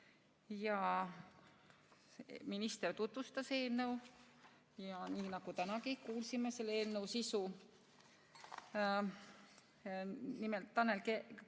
Minister tutvustas eelnõu ja nii nagu tänagi kuulsime selle eelnõu sisu. Nimelt, Tanel Kiik